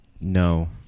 No